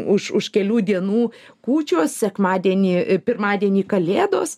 už už kelių dienų kūčios sekmadienį pirmadienį kalėdos